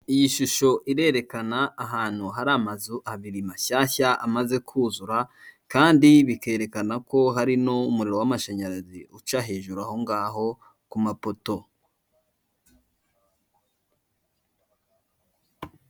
iyi shusho irerekana ahantu hari amazu abiri mashyashya amaze kuzura kandi bikerekana ko hari n'umuriro w'amashanyarazi uca hejuru ahongaho ku mapoto.